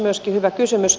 myöskin hyvä kysymys